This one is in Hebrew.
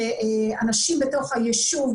שאנשים בתוך הישוב,